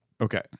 Okay